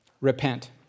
Repent